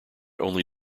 only